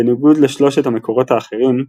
בניגוד לשלושת המקורות האחרים,